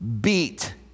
Beat